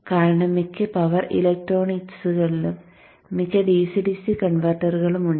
കാരണം മിക്ക പവർ ഇലക്ട്രോണിക്സുകളിലും മിക്ക DC DC കൺവെർട്ടറുകളും ഉണ്ട്